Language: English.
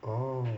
orh